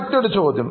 മറ്റൊരു ചോദ്യം